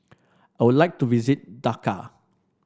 I would like to visit Dhaka